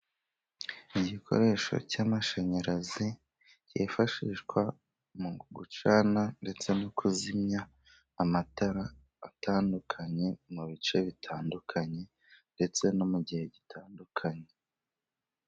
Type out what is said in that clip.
Igikoresho cy'amashanyarazi, cyifashishwa mu gucana ndetse no kuzimya amatara atandukanye, mu bice bitandukanye ndetse no mu gihe gitandukanye.